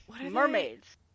mermaids